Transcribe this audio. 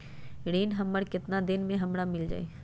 ऋण हमर केतना दिन मे हमरा मील जाई?